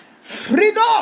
Freedom